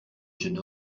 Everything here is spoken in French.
jeune